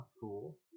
Cool